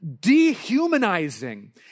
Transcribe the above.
dehumanizing